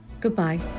Goodbye